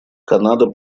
канада